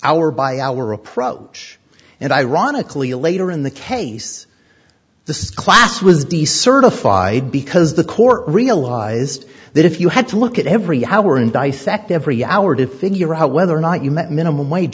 hour by hour approach and ironically later in the case the class was decertified because the court realised that if you had to look at every hour in dissect every hour to figure out whether or not you met minimum wage